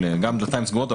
גם בדלתיים סגורות,